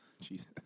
Jesus